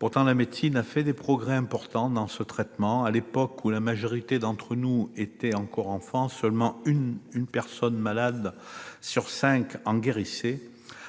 Pourtant, la médecine a fait des progrès importants dans le traitement des cancers. À l'époque où la majorité d'entre nous étaient encore enfants, seulement une personne malade sur cinq en guérissait.